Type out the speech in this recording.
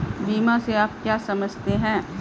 बीमा से आप क्या समझते हैं?